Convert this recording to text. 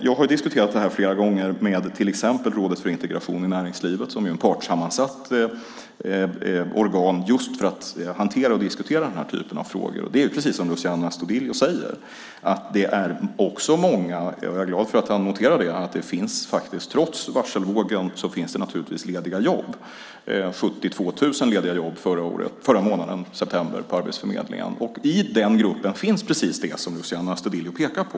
Jag har diskuterat det här flera gånger med Rådet för integration i näringslivet som är ett partssammansatt organ just för att hantera och diskutera den här typen av frågor. Det är precis som Luciano Astudillo säger. Jag är glad att han noterar att det trots varselvågen finns lediga jobb. Det var 72 000 lediga jobb förra månaden, i september, på Arbetsförmedlingen. Bland dem finns precis det som Luciano Astudillo pekar på.